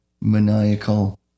maniacal